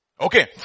Okay